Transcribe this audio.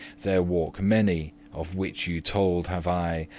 there walk many, of which you told have i,